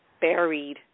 buried